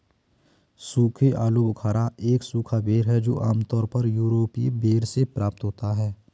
सूखे आलूबुखारा एक सूखा बेर है जो आमतौर पर यूरोपीय बेर से प्राप्त होता है